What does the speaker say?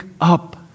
up